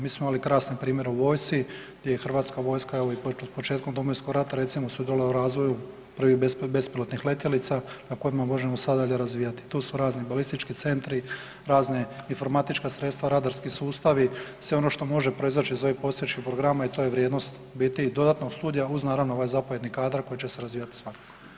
Mi smo imali krasne primjere u vojsci, gdje je Hrvatska vojska evo i početkom Domovinskog rata sudjelovala u razvoju prvih bespilotnih letjelica na kojima možemo sada dalje razvijati, to su razni balistički centri, razne informatička sredstva, radarski sustavi, sve ono što može proizaći iz ovih postojećih programa i to je vrijednost u biti i dodatnog studija uz naravno ovaj zapovjedni kadar koji će se razvijati svagdje.